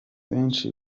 benshi